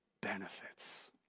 benefits